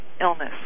illness